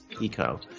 eco